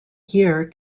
year